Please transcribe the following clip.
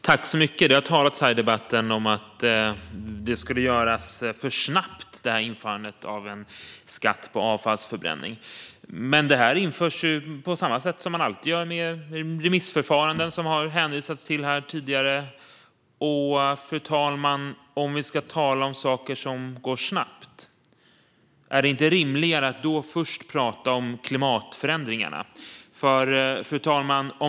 Fru talman! Det har talats i debatten om att införandet av en skatt på avfallsförbränning skulle ske för snabbt. Men det här införs på samma sätt som man alltid gör. Det är remissförfaranden, som det har hänvisats till här tidigare. Fru talman! Om vi ska tala om saker som går snabbt, är det då inte rimligare att först prata om klimatförändringarna?